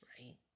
right